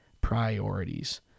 priorities